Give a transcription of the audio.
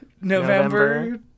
November